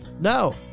No